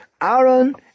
Aaron